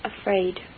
afraid